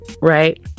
right